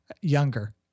younger